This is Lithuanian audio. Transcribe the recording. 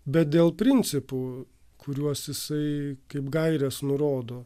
bet dėl principų kuriuos jisai kaip gaires nurodo